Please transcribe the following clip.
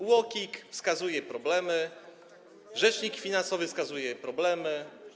UOKiK wskazuje problemy, rzecznik finansowy wskazuje problemy,